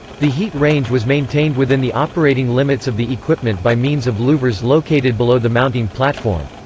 the heat range was maintained within the operating limits of the equipment by means of louvers located below the mounting platform.